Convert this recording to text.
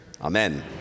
amen